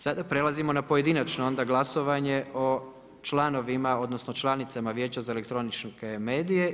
Sada prelazimo na pojedinačno onda glasovanju o članovima odnosno članicama Vijeća za elektroničke medije.